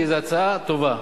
כי זאת הצעה טובה.